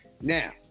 now